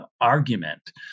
argument